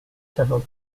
several